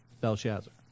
Belshazzar